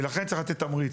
ולכן צריך לתת תמריץ.